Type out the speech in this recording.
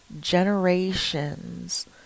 generations